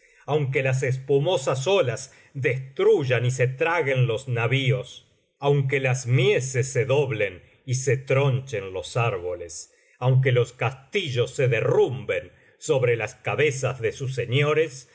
aunque las espumosas olas destruyan y se traguen los navios macbeth aunque las mieses se doblen y se tronchen los árboles aunque los castillos se derrumben sobre las cabezas de sus señores